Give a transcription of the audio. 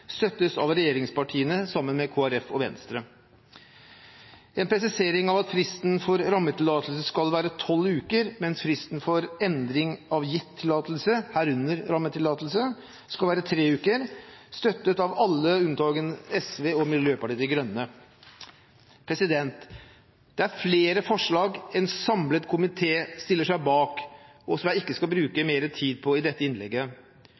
støttes av regjeringspartiene og Kristelig Folkeparti og Venstre. En presisering av at fristen for rammetillatelse skal være tolv uker, mens fristen for endring av gitt tillatelse, herunder rammetillatelse, skal være tre uker, støttes av alle unntatt SV og Miljøpartiet De Grønne. Det er flere forslag en samlet komité stiller seg bak, og som jeg ikke skal bruke mer tid på i dette innlegget.